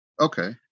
Okay